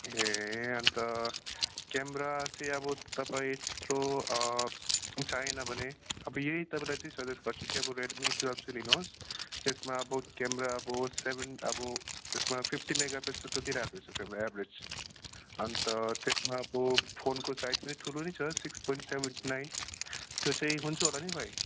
ए अन्त क्यामेरा चाहिँ अब तपाईँ थ्रो चाहिएन भने अब यही तपाईँलाई चाहिँ सजेस्ट गर्छु कि अब रेडमी टुवेल्भ चाहिँ लिनुहोस् त्यसमा अब क्यामेरा अब सेभेन अब त्यसमा फिफ्टी मेगापिक्सलको दिइरहेको छु अब एभरेज अन्त त्यसमा अब फोनको साइज नै ठुलो नि छ सिक्स पोइन्ट सेभेन नाइन त्यो चाहिँ हुन्छ होला नि भाइ